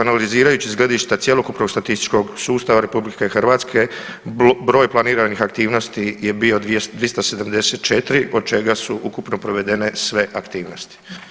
Analizirajući s gledišta cjelokupnog statističkog sustava RH broj planiranih aktivnosti je bio 274 od čega su ukupno provedene sve aktivnosti.